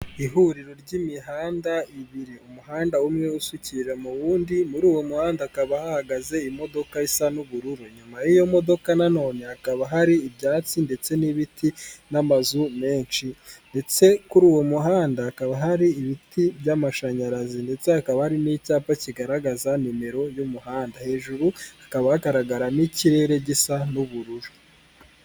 Ihuriro ry'imihanda ibiri umuhanda umwe usukira mu wundi muri uwo muhanda hakaba hahagaze imodoka isa n'ubururu, nyuma y'iyo modoka nanone hakaba hari ibyatsi ndetse n'ibiti, n'amazu menshi ndetse kuri uwo muhanda hakaba hari ibiti by'amashanyarazi, ndetse hakaba hari n'icyapa kigaragaza nimero y'umuhanda hejuru hakaba hagaragara n'ikirere gisa n'ubururu.